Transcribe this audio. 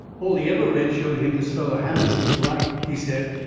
all he ever read showed him this feller hamlet was right, he said,